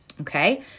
Okay